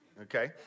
okay